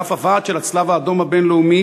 ואף הוועד של הצלב-האדום הבין-לאומי